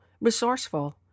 resourceful